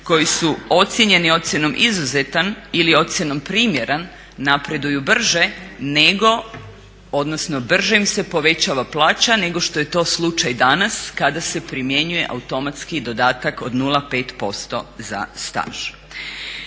koji su ocjenjeni ocjenom izuzetan ili ocjenom primjeren napreduju brže nego odnosno brže im se povećava plaća nego što je to slučaj danas kada se primjenjuje automatski dodatak od 0,5% za staž.